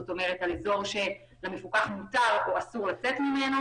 אזור שלמפוקח מותר או אסור לצאת ממנו.